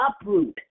uproot